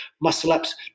Muscle-ups